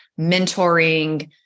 mentoring